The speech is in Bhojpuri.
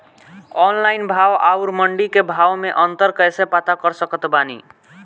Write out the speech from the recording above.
ऑनलाइन भाव आउर मंडी के भाव मे अंतर कैसे पता कर सकत बानी?